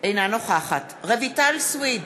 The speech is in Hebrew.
אינה נוכחת רויטל סויד,